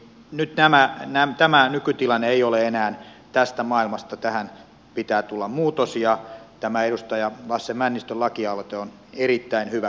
nyt tämä nykytilanne ei ole enää tästä maailmasta tähän pitää tulla muutos ja tämä edustaja lasse männistön lakialoite on erittäin hyvä